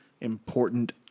important